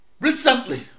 Recently